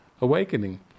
awakening